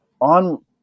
on